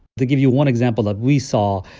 to give you one example that we saw,